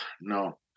no